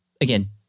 again